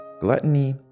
gluttony